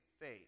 faith